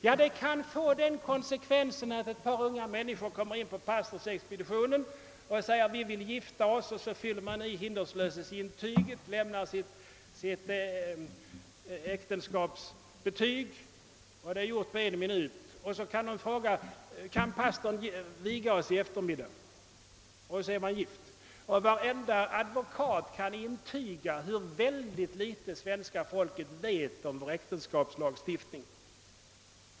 Ja, det kan bli så, att ett par unga människor kommer in på pastorsexpeditionen och säger: Vi vill gifta oss. Så fyller man i ett hinderslöshetsintyg och lämnar äktenskapsbetyget. Det hela är gjort på en minut, varpå paret kan fråga: Kan pastorn viga oss i eftermiddag? Och så är de gifta. Varenda advokat kan intyga hur litet svenska folket vet om vår äktenskapslagstiftning.